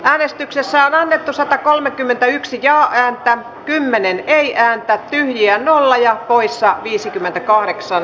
äänestyksessä on annettu satakolmekymmentäyksi jaa ääntä kymmenen neljään tyhjään olla ja poissa hyväksyttiin